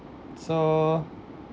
uh so